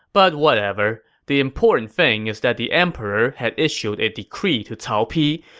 but whatever. the important thing is that the emperor had issued a decree to cao pi,